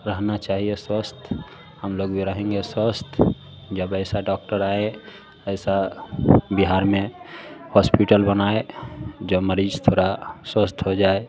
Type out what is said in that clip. रहना चाहिए स्वस्थ हम लोग भी रहेंगे स्वस्थ जब ऐसा डोक्टर आए ऐसा बिहार में हॉस्पिटल बनाए जो मरीज थोड़ा स्वस्थ हो जाए